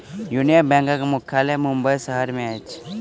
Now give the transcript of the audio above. union बैंकक मुख्यालय मुंबई शहर में अछि